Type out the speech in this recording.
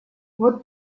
вот